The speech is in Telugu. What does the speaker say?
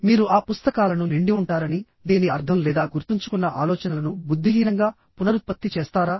మీరు ఆ పుస్తకాలను నిండి ఉంటారని దీని అర్థం లేదా గుర్తుంచుకున్న ఆలోచనలను బుద్ధిహీనంగా పునరుత్పత్తి చేస్తారా